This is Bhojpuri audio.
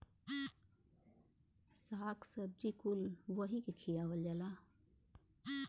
शाक सब्जी कुल वही के खियावल जाला